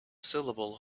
syllable